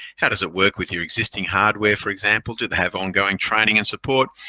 how does it work with your existing hardware for example. do they have ongoing training and support?